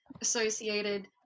associated